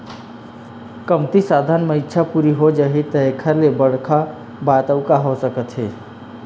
कमती साधन म इच्छा पूरा हो जाही त एखर ले बड़का बात अउ का हो सकत हे